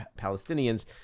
palestinians